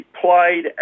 played